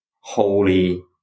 holy